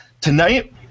tonight